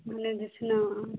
ओ जे छै ने